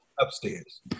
upstairs